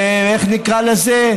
איך נקרא לזה?